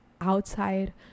outside